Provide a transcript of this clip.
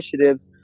initiatives